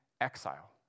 exile